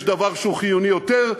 יש דבר שהוא חיוני יותר,